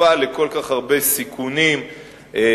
שחשופה לכל כך הרבה סיכונים ואתגרים,